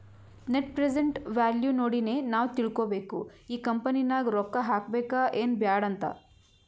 net present value ನೋಡಿನೆ ನಾವ್ ತಿಳ್ಕೋಬೇಕು ಈ ಕಂಪನಿ ನಾಗ್ ರೊಕ್ಕಾ ಹಾಕಬೇಕ ಎನ್ ಬ್ಯಾಡ್ ಅಂತ್